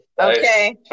Okay